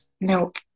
Nope